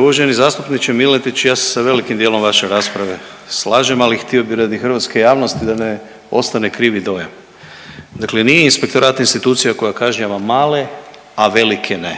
uvaženi zastupniče Miletić, ja se sa velikim dijelom vaše rasprave slažem, ali htio bih radi hrvatske javnosti da ne ostane krivi dojam. Dakle nije Inspektorat institucija koja kažnjava male, a velike ne.